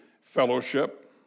fellowship